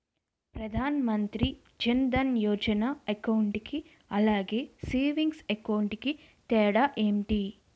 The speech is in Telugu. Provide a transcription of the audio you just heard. ప్రధాన్ మంత్రి జన్ దన్ యోజన అకౌంట్ కి అలాగే సేవింగ్స్ అకౌంట్ కి తేడా ఏంటి?